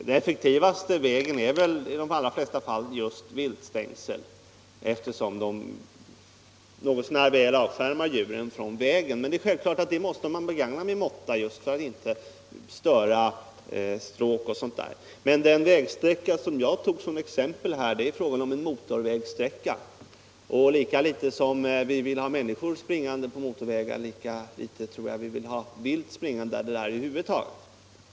Den effektivaste metoden är väl i de allra flesta fall just viltstängsel, eftersom dessa något så när väl avskärmar djuren från vägen, men det är självklart att man måste begagna dem med måtta för att inte störa stråken för djuren. Den vägsträcka som jag tog som exempel är en motorvägssträcka. Lika litet som vi vill ha människor springande på motorvägarna, lika litet vill vi ha vilt springande på våra vägar över huvud taget.